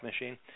machine